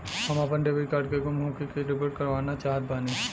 हम आपन debit card के गुम होखे के रिपोर्ट करवाना चाहत बानी